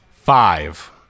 Five